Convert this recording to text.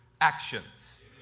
actions